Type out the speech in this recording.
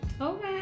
Okay